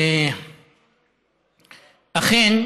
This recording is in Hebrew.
אכן,